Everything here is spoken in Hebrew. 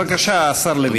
בבקשה, השר לוין.